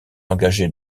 engagées